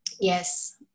Yes